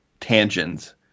tangents